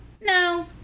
No